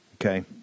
Okay